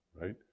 right